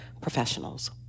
professionals